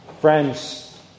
Friends